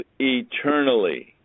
eternally